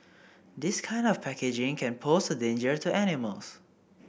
this kind of packaging can pose a danger to animals